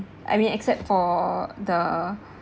I mean except for the